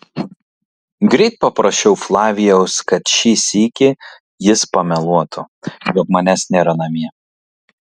greit paprašiau flavijaus kad šį sykį jis pameluotų jog manęs nėra namie